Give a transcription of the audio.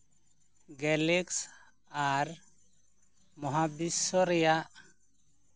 ᱜᱮᱞᱮᱠᱥ ᱟᱨ ᱢᱚᱦᱟᱵᱤᱥᱥᱚ ᱨᱮᱭᱟᱜ